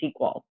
SQL